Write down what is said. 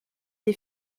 des